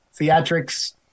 theatrics